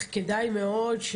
כדאי מאוד,